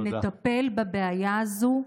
ונטפל בבעיה הזו,